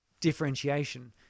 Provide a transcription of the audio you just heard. differentiation